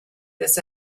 this